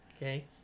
okay